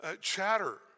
chatter